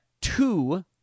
two